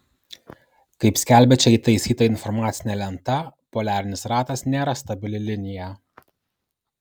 kaip skelbia čia įtaisyta informacinė lenta poliarinis ratas nėra stabili linija